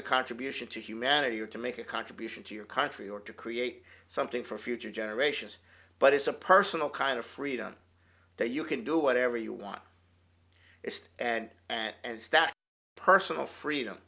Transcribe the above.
a contribution to humanity or to make a contribution to your country or to create something for future generations but it's a personal kind of freedom that you can do whatever you want it and and that personal freedom